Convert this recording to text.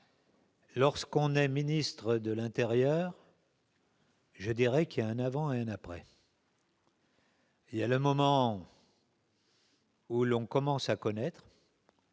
Lorsqu'on est ministre de l'intérieur, il y a un avant et un après. Vient le moment où l'on commence à connaître